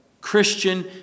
Christian